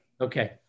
Okay